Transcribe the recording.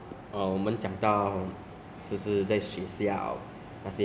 因为懒惰所以我都没有参加课外活动